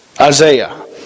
Isaiah